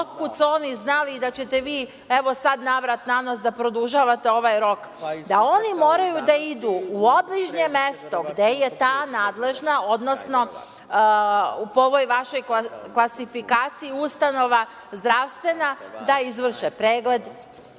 su oni znali da ćete vi sada navrat nanos da produžavate ovaj rok, da oni moraju da idu u obližnje mesto gde je ta nadležna, odnosno, po ovoj vašoj klasifikaciji, ustanova zdravstvena da izvrše pregled